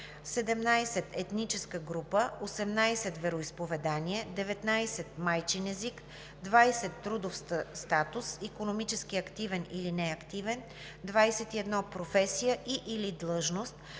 17. етническа група; 18. вероизповедание; 19. майчин език; 20. трудов статус – икономически активен или неактивен; 21. професия и/или длъжност;